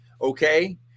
okay